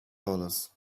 dollars